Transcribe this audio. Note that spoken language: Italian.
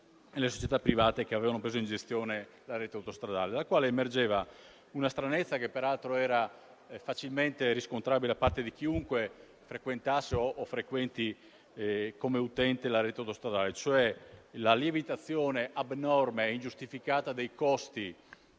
le società private che avevano preso in gestione la rete autostradale. Emergeva una stranezza che, peraltro, era facilmente riscontrabile da parte di chiunque frequentasse o frequenti come utente la rete autostradale. Mi riferisco alla lievitazione abnorme e ingiustificata dei costi